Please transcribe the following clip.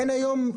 אין היום,